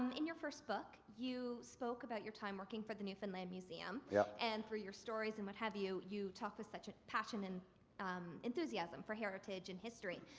in your first book, you spoke about your time working for the newfoundland museum. yeah and for your stories and what have you, you talk with such a passion and enthusiasm for heritage and history.